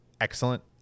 excellent